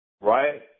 right